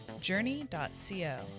journey.co